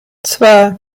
zwei